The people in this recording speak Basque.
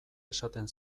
esaten